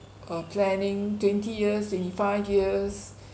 uh planning twenty years twenty-five years